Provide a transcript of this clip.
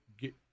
get